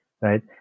right